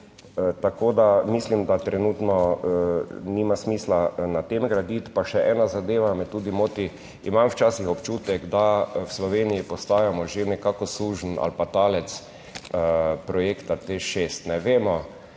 tako da mislim, da trenutno nima smisla na tem graditi. Pa še ena zadeva me tudi moti. Imam včasih občutek, da v Sloveniji postajamo že nekako suženj ali pa talec projekta Teš 6, ne vemo,